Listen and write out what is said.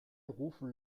rufen